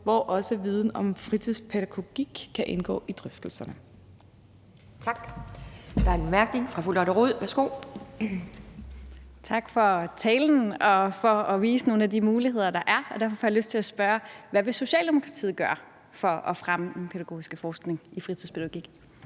kan også viden om fritidspædagogik indgå i drøftelserne. Kl.